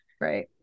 Right